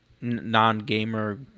non-gamer